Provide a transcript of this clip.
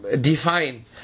define